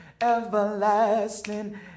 everlasting